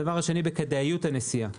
סוגיה שנייה שעלתה הייתה כדאיות הנסיעה,